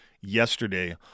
yesterday